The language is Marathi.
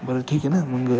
बरं ठीक आहे ना मग